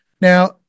Now